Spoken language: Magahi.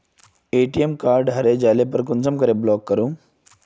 ए.टी.एम कार्ड हरे जाले पर कुंसम के ब्लॉक करूम?